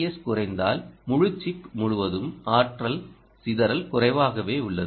S குறைந்தால் முழு chip முழுவதும் ஆற்றல் சிதறல் குறைவாக உள்ளது